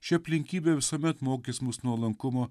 ši aplinkybė visuomet mokys mus nuolankumo